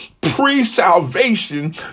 pre-salvation